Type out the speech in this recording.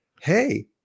hey